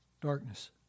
darkness